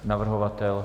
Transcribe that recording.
Navrhovatel?